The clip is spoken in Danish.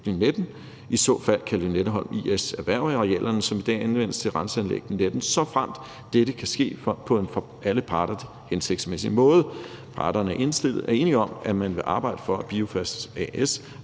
I så fald kan Lynetteholmen I/S erhverve arealerne, som i dag anvendes til Renseanlæg Lynetten, såfremt dette kan ske på en for alle parter hensigtsmæssig måde. Parterne er enige om, at man vil arbejde for, at BIOFOS A/S